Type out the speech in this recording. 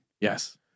Yes